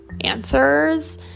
answers